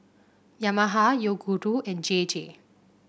Yamaha Yoguru and J J